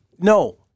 no